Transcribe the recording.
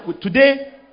today